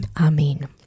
Amen